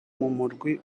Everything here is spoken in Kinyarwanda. murwi